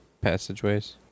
passageways